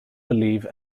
believe